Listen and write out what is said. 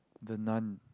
The-Nun